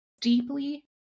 deeply